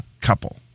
couple